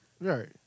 Right